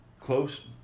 close